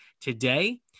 today